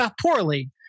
poorly